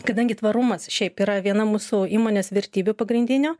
kadangi tvarumas šiaip yra viena mūsų įmonės vertybių pagrindinių